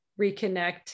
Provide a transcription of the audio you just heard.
reconnect